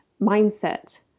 mindset